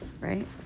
Right